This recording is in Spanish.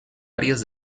áreas